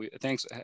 thanks